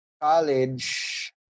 college